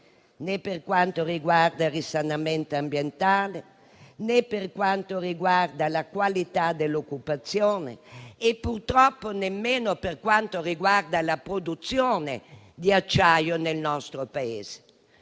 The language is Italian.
né per quanto riguarda il risanamento ambientale, né per quanto concerne la qualità dell'occupazione e purtroppo nemmeno per quanto attiene alla produzione di acciaio in Italia.